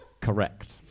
Correct